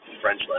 French